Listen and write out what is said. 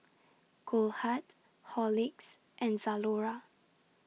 Goldheart Horlicks and Zalora